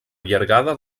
allargada